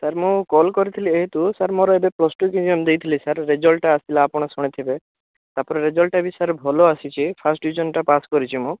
sir ମୁଁ call କରିଥିଲି ଏହେତୁ ସାର୍ ମୋର ଏବେ ପ୍ଲସ୍ ଟୁ ଏଗ୍ଜାମ୍ ଦେଇଥିଲି ସାର୍ ରେଜଲ୍ଟ ଆସିଲା ଆପଣ ଶୁଣିଥିବେ ତା'ପରେ ରେଜଲ୍ଟଟା ବି ସାର୍ ଭଲ ଆସିଛି ଫାର୍ଷ୍ଟ ଡିଭିଜନ୍ଟା ପାସ୍ କରିଛି ମୁଁ